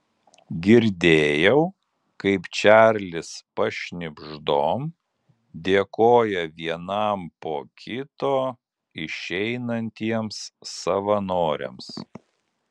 girdėjau kaip čarlis pašnibždom dėkoja vienam po kito išeinantiems savanoriams